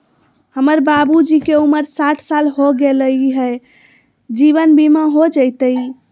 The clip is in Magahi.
हमर बाबूजी के उमर साठ साल हो गैलई ह, जीवन बीमा हो जैतई?